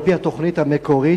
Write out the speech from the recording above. על-פי התוכנית המקורית,